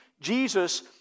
Jesus